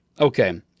Okay